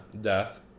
death